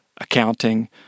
accounting